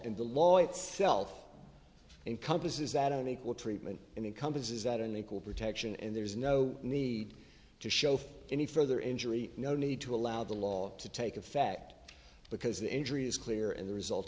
and the law itself encompases that only equal treatment in the companies is that an equal protection and there's no need to show any further injury no need to allow the law to take effect because the injury is clear and the result